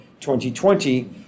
2020